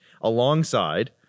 Alongside